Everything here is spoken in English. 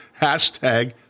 Hashtag